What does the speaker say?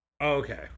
okay